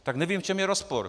Tak nevím v čem je rozpor.